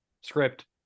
Script